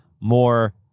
more